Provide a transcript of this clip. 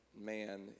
man